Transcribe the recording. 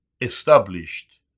established